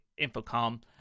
Infocom